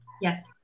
Yes